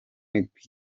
w’iki